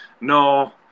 No